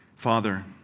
Father